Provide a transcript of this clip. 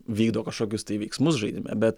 vykdo kažkokius tai veiksmus žaidime bet